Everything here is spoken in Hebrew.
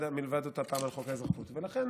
מלבד אותה פעם על חוק האזרחות, ולכן